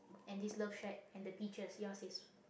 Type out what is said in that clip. and this love shack and the peaches yours is